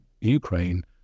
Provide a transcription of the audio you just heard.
Ukraine